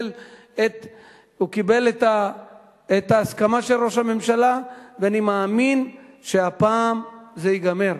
הוא קיבל את ההסכמה של ראש הממשלה ואני מאמין שהפעם זה ייגמר.